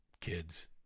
kids